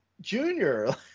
Junior